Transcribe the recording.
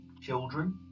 children